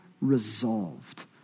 resolved